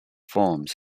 forms